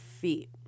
feet